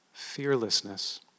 Fearlessness